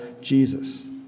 Jesus